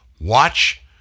Watch